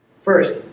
First